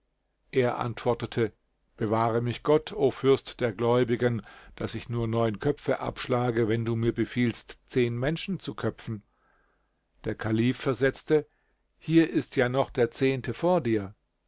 er antwortete bewahre mich gott o fürst der gläubigen daß ich nur neun köpfe abschlage wenn du mir befiehlst zehn menschen zu köpfen der kalif versetzte hier ist ja noch der zehnte vor dir